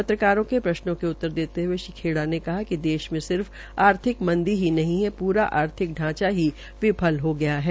पत्रकारों के प्रशनों के उत्तर देते हये श्रीखेड़ा ने कहा कि देश में सिर्फ आर्थिक मंदी ही नहीं है पूरा आर्थिक ढांचा ही विफल हो गया है